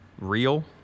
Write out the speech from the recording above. real